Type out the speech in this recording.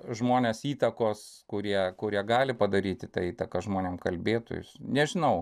žmones įtakos kurie kurie gali padaryti tą įtaką žmonėm kalbėtojus nežinau